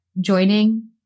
joining